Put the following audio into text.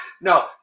No